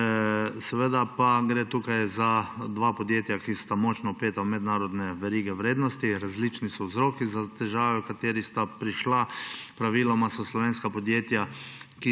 Seveda pa gre tukaj za dve podjetji, ki sta močno vpeti v mednarodne verige vrednosti. Različni so vzroki za težave, v katere sta prišli. Praviloma so slovenska podjetja,